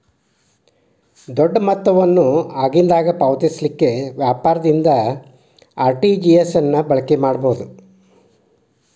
ದೊಡ್ಡ ಮೊತ್ತವನ್ನು ಆಗಿಂದಾಗ ಪಾವತಿಸಲಿಕ್ಕೆ ವ್ಯಾಪಾರದಿಂದ ಆರ್.ಟಿ.ಜಿ.ಎಸ್ ಅನ್ನ ಬಳಕೆ ಮಾಡಬಹುದು